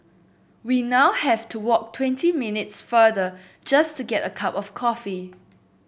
we now have to walk twenty minutes farther just to get a cup of coffee